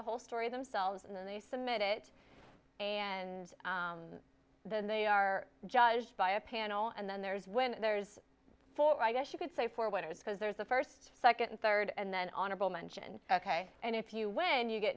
the whole story themselves and then they submit it and then they are judged by a panel and then there's when there's four i guess you could say for what it was because there's a first second third and then honorable mention and if you win you get